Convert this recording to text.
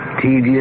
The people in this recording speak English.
tedious